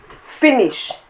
finish